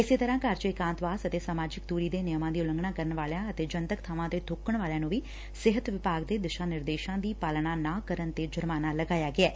ਇਸੇ ਤਰਾਂ ਘਰ ਚ ਏਕਾਂਤਵਾਸ ਅਤੇ ਸਮਾਜਿਕ ਦੁਰੀ ਦੇ ਨਿਯਮਾਂ ਦੀ ਉਲੰਘਣਾ ਕਰਨ ਵਾਲਿਆਂ ਅਤੇ ਜਨਤਕ ਬਾਵਾਂ ਤੇ ਬੁੱਕਣ ਵਾਲਿਆਂ ਨੂੰ ਵੀ ਸਿਹਤ ਵਿਭਾਗ ਦੇ ਦਿਸ਼ਾ ਨਿਰਦੇਸ਼ਾਂ ਦੀ ਪਾਲਣਾ ਨਾ ਕਰਨ ਤੇ ਜ਼ੁਰਮਾਨਾ ਲਗਾਇਆ ਗਿਐ